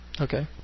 Okay